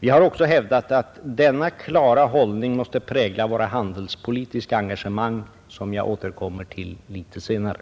Vi har också hävdat att denna klara hållning måste prägla våra handelspolitiska engagemang som jag återkommer till litet senare,